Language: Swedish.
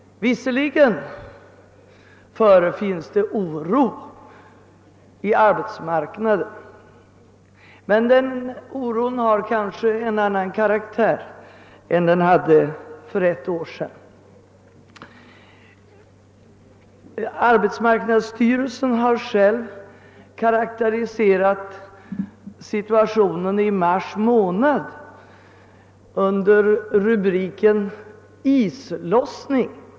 Visserligen förefinns det alltjämt en oro på arbetsmarknaden, men den har en annan karaktär än för ett år sedan. Arbetsmarknadsstyrelsen har själv karakteriserat situationen i mars månad under rubriken »Islossning».